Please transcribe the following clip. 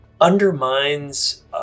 undermines